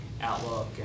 Outlook